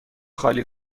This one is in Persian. خالی